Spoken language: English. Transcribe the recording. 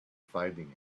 finding